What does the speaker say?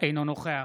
אינו נוכח